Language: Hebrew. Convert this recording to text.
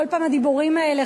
כל פעם הדיבורים האלה,